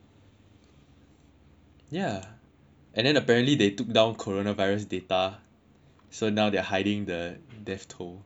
ya and then apparently they took down corona virus data so now they are hiding the death toll